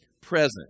present